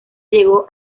llegó